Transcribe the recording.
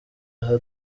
aha